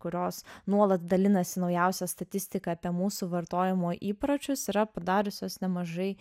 kurios nuolat dalinasi naujausia statistika apie mūsų vartojimo įpročius yra padariusios nemažai